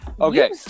Okay